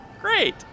great